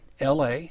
LA